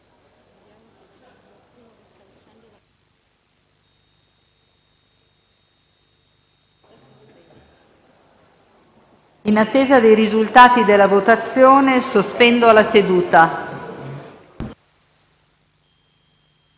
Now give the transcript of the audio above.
In attesa dei risultati della votazione, sospendo la seduta.